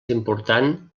important